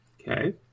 Okay